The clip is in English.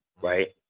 right